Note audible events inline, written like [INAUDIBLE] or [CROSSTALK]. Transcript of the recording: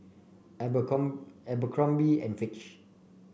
[UNINTELLIGIBLE] Abercrombie and Fitch